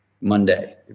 Monday